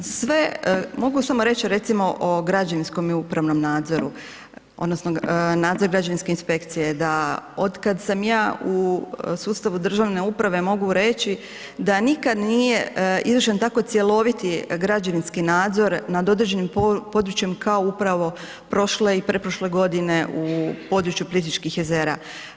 Sve, mogu samo reći recimo o građevinskom i upravnom nadzoru, odnosno nadzor građevinske inspekcije da otkad sam ja u sustavu državne uprave mogu reći da nikad nije izvršen tako cjeloviti građevinski nadzor nad određenim područjem kao upravo prošle i pretprošle godine u području Plitvičkih jezera.